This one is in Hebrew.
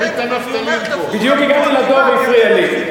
כן, אני אומר, בדיוק הגענו לדוב והוא הפריע לי.